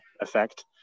effect